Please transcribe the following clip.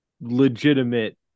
legitimate